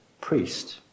priest